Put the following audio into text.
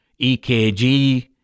EKG